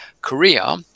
korea